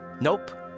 Nope